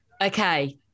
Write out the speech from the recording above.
Okay